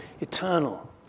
eternal